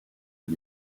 and